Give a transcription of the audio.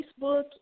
Facebook